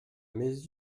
mes